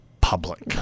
public